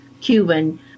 Cuban